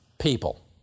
people